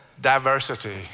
diversity